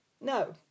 No